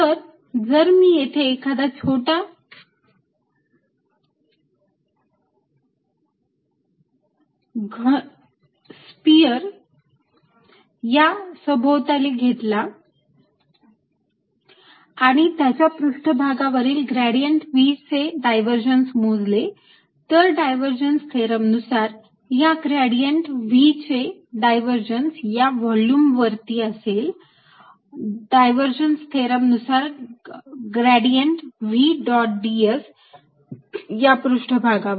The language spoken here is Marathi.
तर जर मी येथे एखादा छोटा गोल या सभोवताली घेतला आणि त्याच्या पृष्ठभागावरील ग्रेडियंट V डायव्हरजन्स मोजले तर डायव्हरजन्स थेरम नुसार या ग्रेडियंट V चे डायव्हरजन्स या व्हॉल्युम वरती असेल डायव्हरजन्स थेरम नुसार ग्रेडियंट V डॉट ds या पृष्ठभागावर